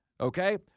okay